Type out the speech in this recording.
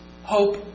hope